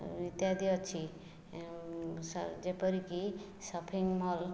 ଇତ୍ୟାଦି ଅଛି ଯେପରିକି ସଫିଙ୍ଗ ମଲ୍